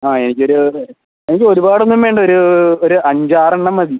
ആ എനിക്ക് ഒരു എനിക്ക് ഒരുപാട് ഒന്നും വേണ്ട ഒരു ഒര് അഞ്ച് ആറ് എണ്ണം മതി